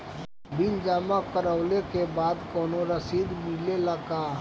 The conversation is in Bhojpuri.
बिल जमा करवले के बाद कौनो रसिद मिले ला का?